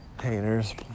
Haters